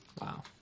Wow